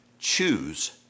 choose